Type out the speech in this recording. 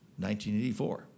1984